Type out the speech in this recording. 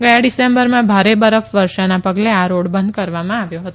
ગયા ડીસેમ્બરમાં ભારે બરફ વર્ષાના પગલે આ રોડ બંધ કરવામાં આવ્યો હતો